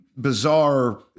bizarre